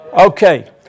Okay